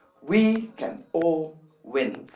we can all win.